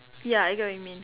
ya I get what you mean